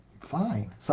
fine